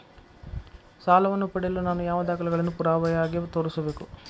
ಸಾಲವನ್ನು ಪಡೆಯಲು ನಾನು ಯಾವ ದಾಖಲೆಗಳನ್ನು ಪುರಾವೆಯಾಗಿ ತೋರಿಸಬೇಕು?